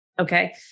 Okay